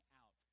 out